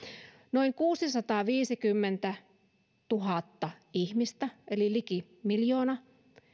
noin kuusisataaviisikymmentätuhatta ihmistä eli liki miljoona